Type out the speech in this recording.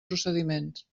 procediments